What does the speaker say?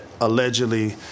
allegedly